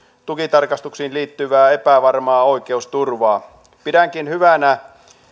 tukitarkastuksiin liittyvää epävarmaa oikeusturvaa pidänkin hyvänä